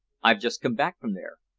i've just come back from there.